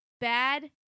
Bad